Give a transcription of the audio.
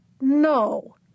No